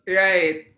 right